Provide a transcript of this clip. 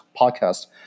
podcast